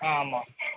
ஆ ஆமாம்